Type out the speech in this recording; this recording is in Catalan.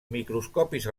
microscopis